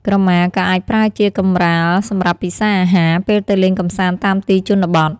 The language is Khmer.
ក្រមាក៏អាចប្រើជា កម្រាលសម្រាប់ពិសាអាហារ ពេលទៅលេងកម្សាន្តតាមទីជនបទ។